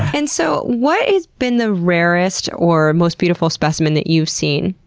and so what has been the rarest or most beautiful specimen that you've seen?